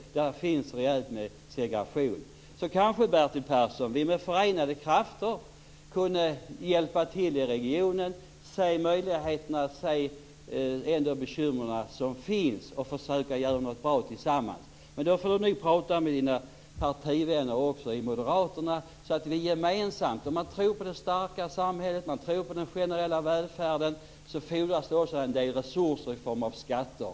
Där finns en rejäl segregation. Kanske kan vi, Bertil Persson, försöka att med förenade krafter hjälpa till i regionen, se vilka möjlighet som finns att komma till rätta med bekymren och göra något bra tillsammans. Men då får ni först prata med era moderata partivänner. För den som tror på det starka samhället och på den generella välfärden fordras det också resurser i form av skatter.